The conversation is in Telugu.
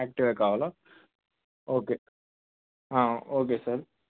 ఆక్టివా కావాలా ఓకే ఓకే సార్